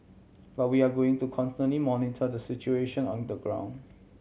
but we are going to constantly monitor the situation on the ground